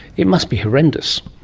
it must be horrendous.